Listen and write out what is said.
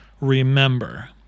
remember